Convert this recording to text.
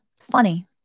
funny